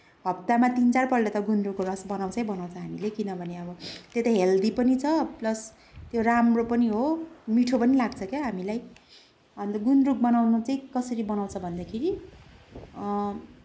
हप्तामा तिन चारपल्ट त गुन्द्रुकको रस बनाउँछौ नै बनाउँछौ हामीले किनभने त्यो त हेल्दी पनि छ प्लस त्यो राम्रो पनि हो मिठो पनि लाग्छ के हामीलाई अन्त गुन्द्रुक बनाउन चाहिँ कसरी बनाउँछन् भन्दाखेरि